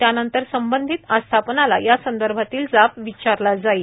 त्यानंतर संबंधित आस्थापनाला या संदर्भातील जाब विचारला जाईल